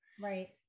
Right